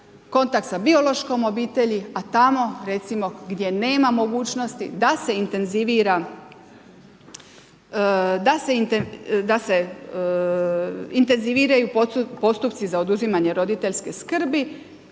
kontakt sa biološkom obitelji, a tamo recimo gdje nema mogućnosti da se intenziviraju postupci za oduzimanje roditeljske skrbi